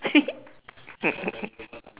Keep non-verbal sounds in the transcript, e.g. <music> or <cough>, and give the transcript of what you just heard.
<laughs>